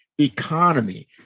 economy